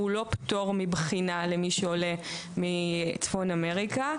הוא לא פטור מבחינה למי שעולה מצפון אמריקה,